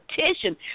petition